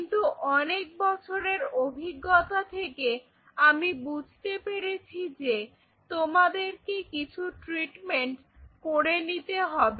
কিন্তু অনেক বছরের অভিজ্ঞতা থেকে আমি বুঝতে পেরেছি যে তোমাদেরকে কিছু ট্রিটমেন্ট করে নিতে হবে